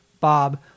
Bob